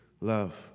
love